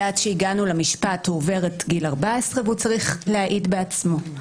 ועד שהגענו למשפט הוא עובר את גיל 14 והוא צריך להעיד בעצמו.